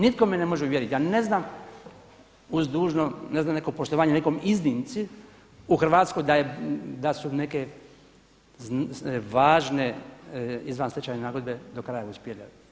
Nitko me ne može uvjeriti, ja ne znam uz dužno, ne znam neko poštovanje nekoj iznimci u Hrvatskoj da su neke važne izvanstečajne nagodbe do kraja uspjele.